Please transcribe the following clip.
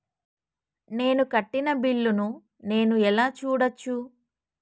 నేను కట్టిన బిల్లు ను నేను ఎలా చూడచ్చు?